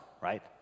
Right